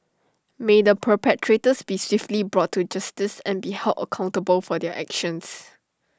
may the perpetrators be swiftly brought to justice and be held accountable for their actions